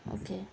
okay